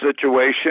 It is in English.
situation